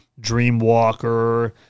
Dreamwalker